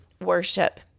worship